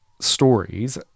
stories